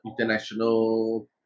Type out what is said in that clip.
international